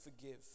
forgive